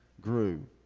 grew